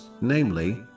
namely